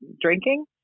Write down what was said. drinking